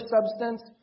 substance